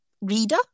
reader